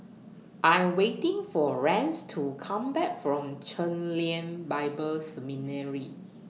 I Am waiting For Rance to Come Back from Chen Lien Bible Seminary